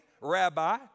rabbi